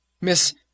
Miss